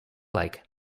like